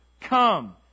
come